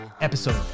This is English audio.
episode